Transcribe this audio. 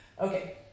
Okay